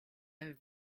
have